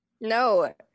No